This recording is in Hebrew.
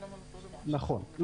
נכון.